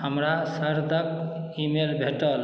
हमरा शरदक ई मेल भेटल